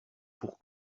pour